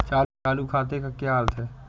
चालू खाते का क्या अर्थ है?